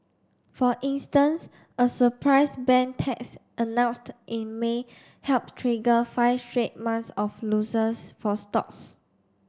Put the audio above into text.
for instance a surprise bank tax announced in May helped trigger five straight months of loses for stocks